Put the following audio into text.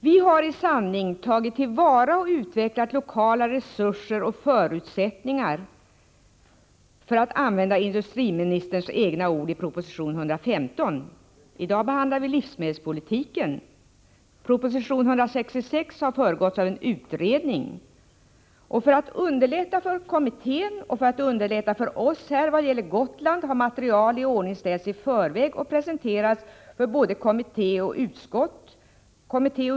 Vi har i sanning tagit till vara och utvecklat lokala resurser och förutsättningar, för att använda industriministerns egna ord i proposition 115. I dag behandlar vi livsmedelspolitiken. Proposition 166 har föregåtts av en utredning. För att underlätta för både kommittén och för oss här i riksdagen när det gäller Gotland har material iordningställts i förväg och presenterats för kommittén och utskottet.